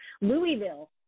Louisville